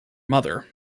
mother